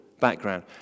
background